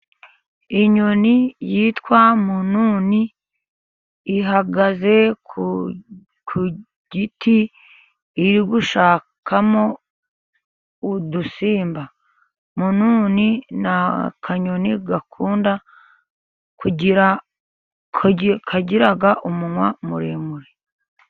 Inyoni yitwa mununi, ihagaze ku giti iri gushakamo udusimba. Mununi ni akanyoni gakunda kagira umunwa muremure.